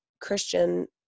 Christian